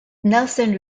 nelson